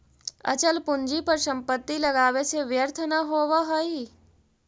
अचल पूंजी पर संपत्ति लगावे से व्यर्थ न होवऽ हई